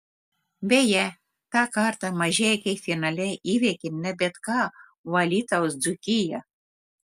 beje tą kartą mažeikiai finale įveikė ne bet ką o alytaus dzūkiją